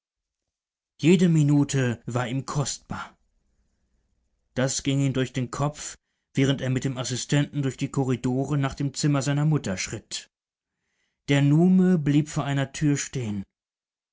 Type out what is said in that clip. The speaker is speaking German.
jede minute war ihm kostbar das ging ihm durch den kopf während er mit dem assistenten durch die korridore nach dem zimmer seiner mutter schritt der nume blieb vor einer tür stehen